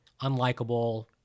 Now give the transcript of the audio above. unlikable